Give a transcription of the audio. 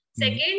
Second